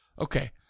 Okay